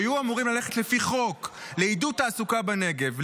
שהיו אמורים ללכת לפי חוק לעידוד תעסוקה בנגב,